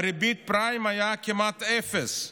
ריבית הפריים הייתה כמעט אפס,